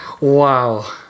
Wow